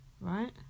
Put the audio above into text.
Right